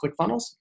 ClickFunnels